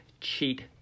cheat